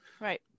Right